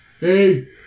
Hey